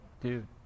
Dude